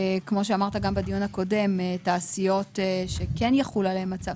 שאמרת בדיון הקודם תעשיות שכן יחול עליהם הצו,